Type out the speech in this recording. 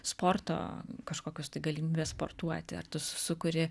sporto kažkokius tai galimybę sportuoti ar tu sukuri